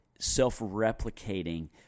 self-replicating